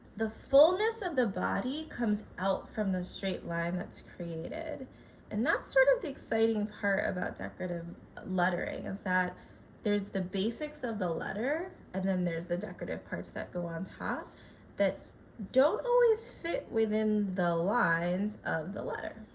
fullness of the body comes out from the straight line that's created and that's sort of the exciting part about decorative lettering is that there's the basics of the letter and then there's the decorative parts that go on top that don't always fit within the lines of the letter.